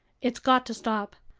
it's got to stop.